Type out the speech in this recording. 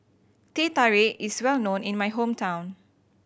Teh Tarik is well known in my hometown